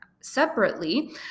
separately